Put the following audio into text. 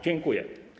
Dziękuję.